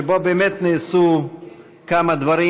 שבו באמת נעשו כמה דברים,